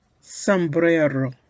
sombrero